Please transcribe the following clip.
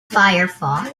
firefox